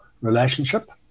relationship